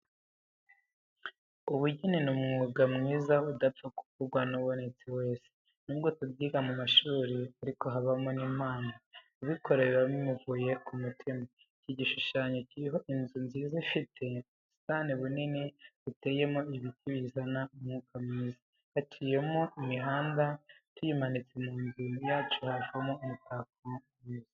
Ubugeni ni umwuga mwiza udapfa gukorwa n'ubonetse wese, nubwo tubyiga mu mashuri ariko habamo n'impano , ubikora biba bimuvuye ku mutima. Iki gishushanyo kiriho inzu nziza ifite ubusitani bunini buteyemo ibiti bizana umwuka mwiza haciye mo imihanda , tuyimanitse mu nzu yacu yavamo umutako mwiza